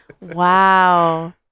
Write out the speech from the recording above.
wow